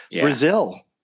Brazil